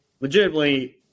legitimately